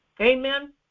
Amen